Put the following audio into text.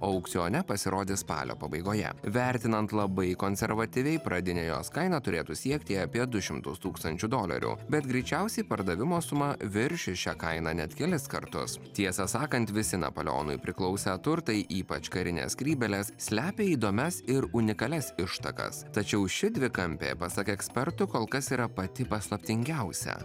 aukcione pasirodė spalio pabaigoje vertinant labai konservatyviai pradinė jos kaina turėtų siekti apie du šimtus tūkstančių dolerių bet greičiausiai pardavimo suma viršys šią kainą net kelis kartus tiesą sakant visi napoleonui priklausę turtai ypač karinės skrybėlės slepia įdomias ir unikalias ištakas tačiau ši dvikampė pasak ekspertų kol kas yra pati paslaptingiausia